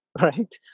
right